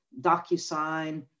DocuSign